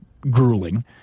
grueling